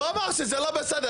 הוא אמר שזה לא בסדר.